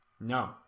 No